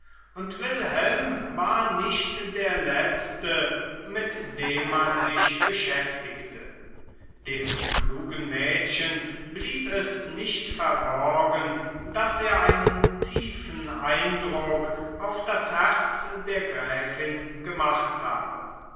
und wilhelm war nicht der letzte mit dem man sich beschäftigte dem klugen mädchen blieb es nicht verborgen daß er einen tiefen eindruck auf das herz der gräfin gemacht habe